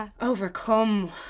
overcome